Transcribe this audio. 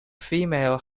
female